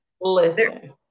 Listen